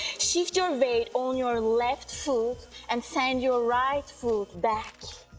shift your weight on your left foot and send your right foot back,